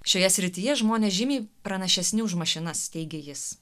šioje srityje žmonės žymiai pranašesni už mašinas teigia jis